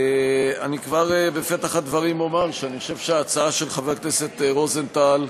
אני כבר בפתח הדברים אומר שאני חושב שההצעה של חבר הכנסת רוזנטל,